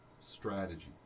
strategy